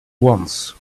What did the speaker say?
once